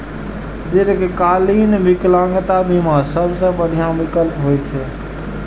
दीर्घकालीन विकलांगता बीमा सबसं बढ़िया विकल्प होइ छै